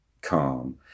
calm